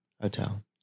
Hotel